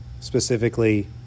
specifically